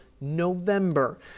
November